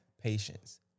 patience